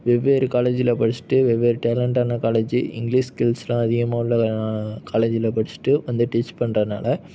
வெவ்வேறு காலேஜ்ஜில் படிச்சுட்டு வெவ்வேறு டேலண்டான காலேஜ்ஜு இங்கிலீஷ் ஸ்கில்ஸ்யெலாம் அதிகமாக உள்ள காலேஜ்ஜில் படிச்சுட்டு வந்து டீச் பண்ணுறனால